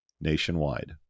nationwide